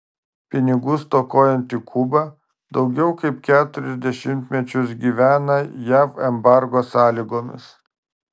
pinigų stokojanti kuba daugiau kaip keturis dešimtmečius gyvena jav embargo sąlygomis